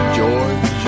George